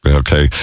okay